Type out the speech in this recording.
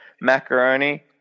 macaroni